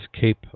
Cape